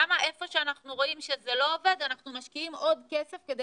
למה איפה שאנחנו רואים שזה לא עובד אנחנו משקיעים עוד כסף כדי